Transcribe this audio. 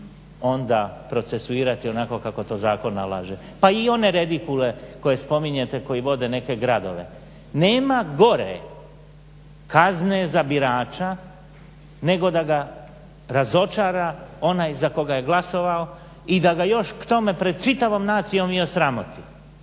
onda procesuirati onako kako to zakon nalaže. Pa i one redikule koje spominjete, koji vode neke gradove, nema gore kazne za birača nego da ga razočara onaj za koga je glasovao i da ga još k tome pred čitavom nacijom i osramoti.